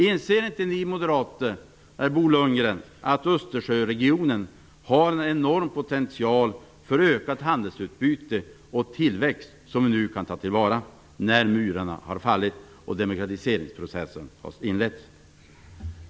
Inser inte ni moderater, Bo Lundgren, att Östersjöregionen har en enorm potential för ökat handelsutbyte och tillväxt som nu kan tas till vara, när murarna har fallit och demokratiseringsprocessen har inletts?